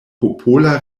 popola